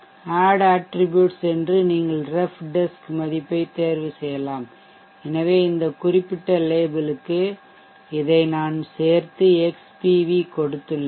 add attribute சென்று நீங்கள் ref desk மதிப்பைத் தேர்வுசெய்யலாம் எனவே இந்த குறிப்பிட்ட லேபிளுக்கு இதை நான் சேர்த்து x PV கொடுத்துள்ளேன்